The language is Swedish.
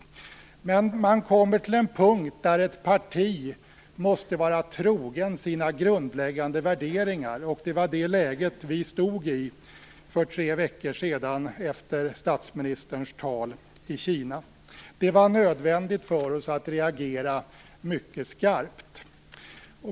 Men man kan komma till en punkt där ett parti måste vara troget sina grundläggande värderingar, och det var det läget vi stod i för tre veckor sedan efter statsministerns tal i Kina. Det var nödvändigt för oss att reagera mycket skarpt.